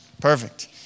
Perfect